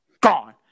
Gone